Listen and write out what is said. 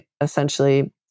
essentially